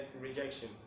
rejection